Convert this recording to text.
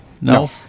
No